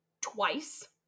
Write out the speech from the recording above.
twice